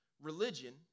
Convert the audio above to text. religion